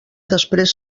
després